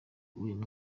uyu